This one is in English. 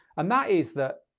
and that is that,